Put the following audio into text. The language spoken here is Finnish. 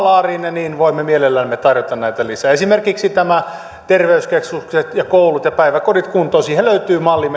laariinne niin voimme mielellämme tarjota näitä lisää esimerkiksi tämän terveyskeskukset ja koulut ja päiväkodit kuntoon siihen löytyy malli